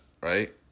right